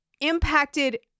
impacted